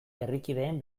herrikideen